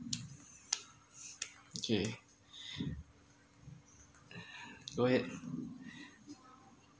okay go ahead